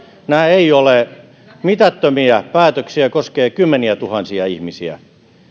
nämä eivät ole mitättömiä päätöksiä ne koskevat kymmeniätuhansia ihmisiä